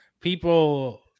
people